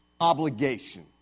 obligation